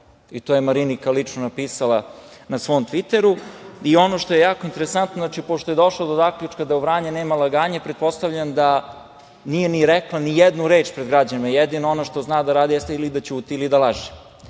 i to je Marinika lično napisala na svom Tviteru. Ono što je jako interesantno, pošto je došla do zaključka da u „Vranje nema laganje“, pretpostavljam da nije rekla ni jednu reč pred građanima. Jedino ono što zna da radi jeste ili da ćuti ili da laže,